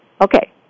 Okay